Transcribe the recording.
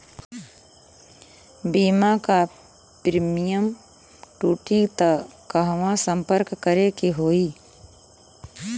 बीमा क प्रीमियम टूटी त कहवा सम्पर्क करें के होई?